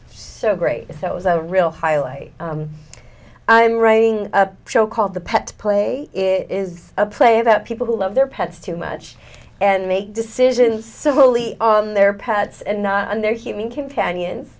so great if it was a real highlight i'm writing a show called the pet play is a play about people who love their pets too much and make decisions solely on their pets and not on their human companions